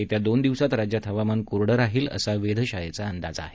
येत्या दोन दिवसात राज्यात हवामान कोरडं राहील असा वेधशाळेचा अंदाज आहे